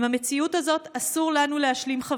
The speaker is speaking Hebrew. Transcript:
עם המציאות הזאת אסור לנו להשלים,